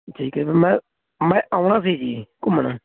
ਠੀਕ ਹੈ ਮੈਂ ਮੈਂ ਆਉਣਾ ਸੀ ਜੀ ਘੁੰਮਣ